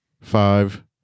Five